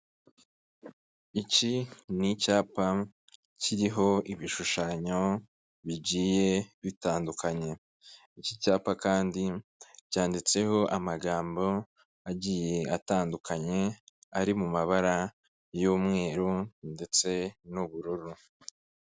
Iki ni icyapa kiriho ibishushanyo bigiye bitandukanye, iki cyapa kandi cyanditseho amagambo agiye atandukanye ari mu mabara y'umweru ndetse n'ubururu.